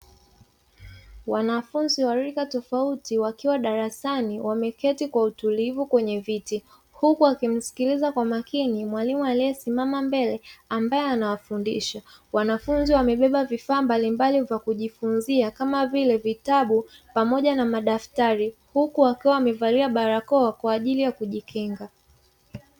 Wanafunzi wa rika tofauti wakiwa darasani wameketi kwa utulivu kwenye viti, huku wakimsikiliza kwa makini mwalimu aliyesimama mbele ambaye anawafundisha. Wanafunzi wamebeba vifaa mbalimbali vya kujifunzia kama vile vitabu pamoja na madaftari, huku wakiwa wamevalia barakoa kwa ajili ya kujikinga.